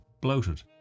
bloated